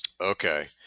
Okay